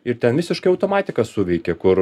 ir ten visiškai automatika suveikia kur